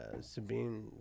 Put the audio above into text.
Sabine